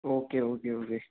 okay okay okay